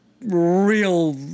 real